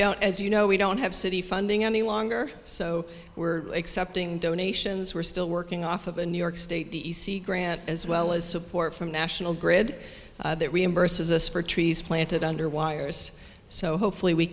don't as you know we don't have city funding any longer so we're accepting donations we're still working off of a new york state grant as well as support from national grid that reimburses us for trees planted under wires so hopefully we